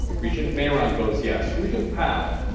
regent mayeron votes yes. regent powell?